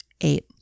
Eight